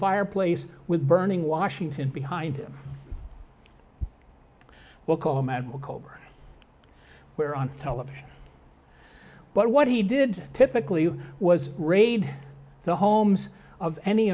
fireplace with burning washington behind him we'll call a makeover where on television but what he did typically was raid the homes of any